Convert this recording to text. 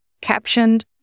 captioned